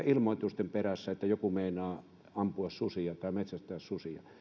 ilmoitusten perässä että joku meinaa ampua susia tai metsästää susia